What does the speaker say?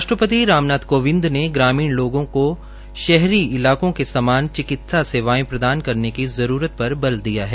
राष्ट्रपति राम नाथ कोविंद ने ग्रामीण लोगों को शहरी इलाकों के समान चिकित्सा सेवाएं प्रदान करने की जरूरत पर बल दिया है